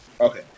Okay